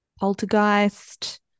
poltergeist